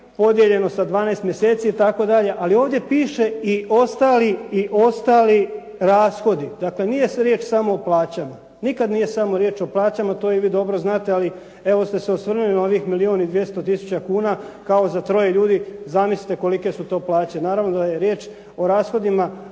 podijeljeno sa 12 mjeseci, itd., ali ovdje piše i ostali rashodi. Dakle, nije se riječ samo o plaćama. Nikad nije samo riječ o plaćama, to i vi dobro znate, ali evo ste se osvrnuli na ovih milijun i 200 tisuća kuna kao za troje ljudi. Zamislite kolike su to plaće. Naravno da je riječ o rashodima